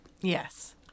yes